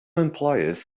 employers